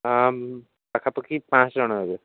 ହଁ ପାଖାପାଖି ପାଁଶହ ଜଣ ହେବେ